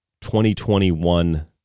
2021